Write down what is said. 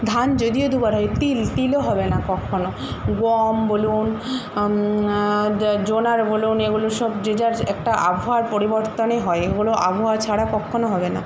ধান যদিও দুবার হয় তিল তিলও হবে না কখনো গম বলুন জোয়ার বলুন এগুলো সব যে যার একটা আবহাওয়ার পরিবর্তনে হয় এগুলো আবহাওয়া ছাড়া কখনো হবে না